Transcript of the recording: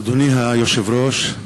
אדוני היושב-ראש,